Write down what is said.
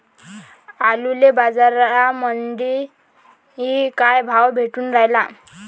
आलूले बाजारामंदी काय भाव भेटून रायला?